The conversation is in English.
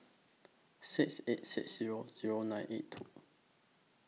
six eight six Zero Zero nine eight two